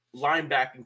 linebacking